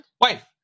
Wife